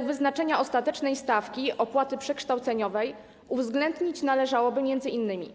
W celu wyznaczenia ostatecznej stawki opłaty przekształceniowej uwzględnić należałoby m.in.